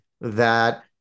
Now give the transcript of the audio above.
that-